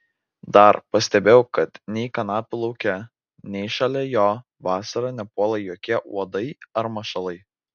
dar pastebėjau kad nei kanapių lauke nei šalia jo vasarą nepuola jokie uodai ar mašalai